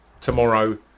tomorrow